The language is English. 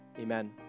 Amen